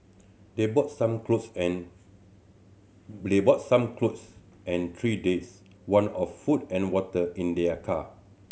they brought some clothes and they brought some clothes and three days' one of food and water in their car